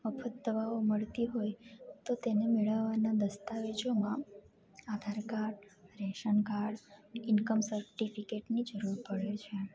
મફત દવાઓ મળતી હોય તો તેને મેળવવાના દસ્તાવેજોમાં Aadhaar card ration card income સર્ટિફિકેટની જરૂર પડે છે